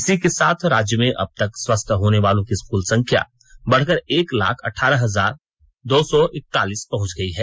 इसी के साथ राज्य में अब तक स्वस्थ होनेवालों की क्ल संख्या बढ़कर एक लाख अठारह हजोर दो सौ इकतालीस पहुंच गई है